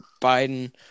Biden